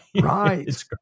right